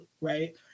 right